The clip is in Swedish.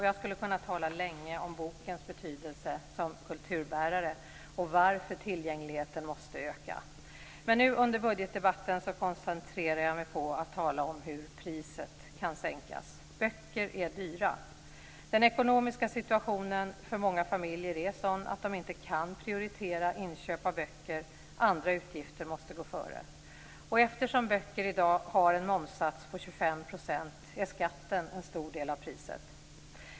Jag skulle kunna tala länge om bokens betydelse som kulturbärare och om varför tillgängligheten måste öka. Men nu under budgetdebatten koncentrerar jag mig på att tala om hur priset kan sänkas. Böcker är dyra. Den ekonomiska situationen för många familjer är sådan att de inte kan prioritera inköp av böcker, utan andra utgifter måste gå före. Eftersom böcker i dag har en momssats på 25 %, är skatten en stor del av priset.